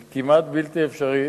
היא כמעט בלתי אפשרית,